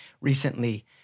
recently